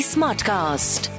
Smartcast